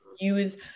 use